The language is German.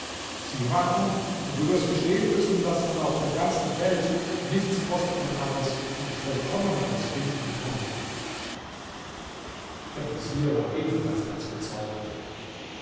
sieh mal an und du wirst gestehen müssen daß man auf der ganzen welt nichts kostbareres und vollkommeneres finden kann der vezier war ebenfalls ganz bezaubert